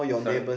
sorry